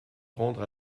rendre